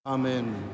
Amen